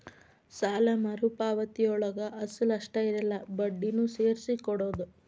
ಸಾಲ ಮರುಪಾವತಿಯೊಳಗ ಅಸಲ ಅಷ್ಟ ಇರಲ್ಲ ಬಡ್ಡಿನೂ ಸೇರ್ಸಿ ಕೊಡೋದ್